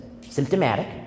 symptomatic